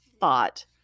thought